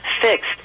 fixed